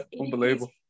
unbelievable